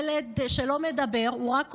ילד שלא מדבר, הוא רק כותב.